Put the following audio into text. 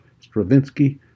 Stravinsky